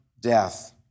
death